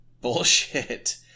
bullshit –